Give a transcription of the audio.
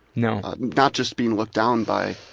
no. not just being looked down by